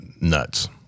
nuts